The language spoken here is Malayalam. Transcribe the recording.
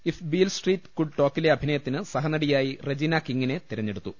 ഇഫ് ബീൽ സ്ട്രീറ്റ് കുഡ് ടോക്കിലെ അഭിനയത്തിന് സഹനടി യായി റെജിനാ കിങ്ങിനെ തെരഞ്ഞെടുത്തു